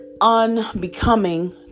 unbecoming